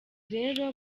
rero